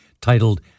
titled